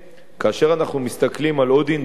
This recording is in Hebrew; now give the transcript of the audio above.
כאשר אנחנו מסתכלים על עוד אינטרס,